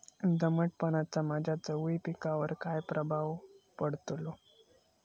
दमटपणाचा माझ्या चवळी पिकावर काय प्रभाव पडतलो?